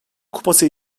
kupası